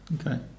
Okay